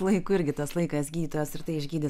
laikui irgi tas laikas gydytojas ir tai išgydys